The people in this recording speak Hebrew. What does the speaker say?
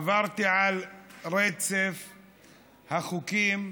עברתי על רצף החוקים.